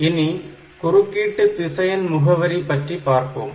இனி குறுக்கீட்டு திசையன் முகவரி பற்றி பார்ப்போம்